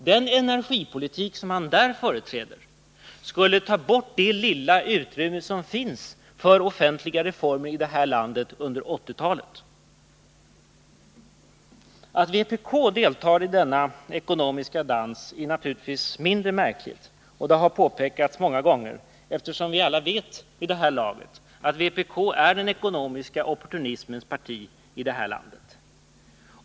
Den energipolitik som han där företräder skulle ta bort det lilla utrymme som finns för offentliga reformer i det här landet under 1980-talet. Att vpk deltar i denna ekoromiska dans är naturligtvis mindre märkligt. Det har påpekats många gånger, eftersom vi alla vet vid det här laget att vpk är den ekonomiska opportunismens parti i vårt land.